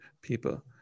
people